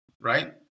right